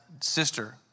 sister